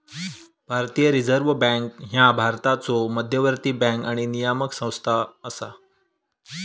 भारतीय reserve bank ह्या भारताचो मध्यवर्ती बँक आणि नियामक संस्था असा